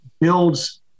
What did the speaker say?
builds